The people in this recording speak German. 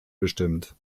bestimmt